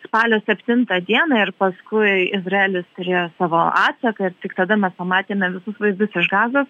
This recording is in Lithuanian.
spalio septintą dieną ir paskui izraelis turėjo savo atsaką ir tik tada mes pamatėme visus vaizdus iš gazos